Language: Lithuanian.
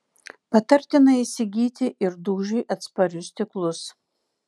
patartina įsigyti ir dūžiui atsparius stiklus